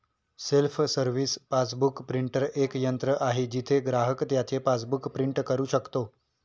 self service passbook printer एक यंत्र आहे जिथे ग्राहक त्याचे पासबुक प्रिंट करू शकतो